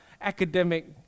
academic